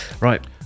Right